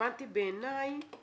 ורלבנטי בעיניי